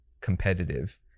competitive